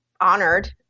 honored